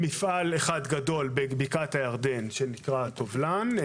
מפעל אחד גדול בבקעת הירדן, מפעל "טובלן".